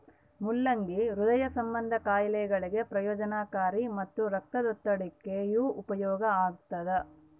ಮುಲ್ಲಂಗಿ ಹೃದಯ ಸಂಭಂದಿ ಖಾಯಿಲೆಗಳಿಗೆ ಪ್ರಯೋಜನಕಾರಿ ಮತ್ತು ರಕ್ತದೊತ್ತಡಕ್ಕೆಯೂ ಉಪಯೋಗ ಆಗ್ತಾದ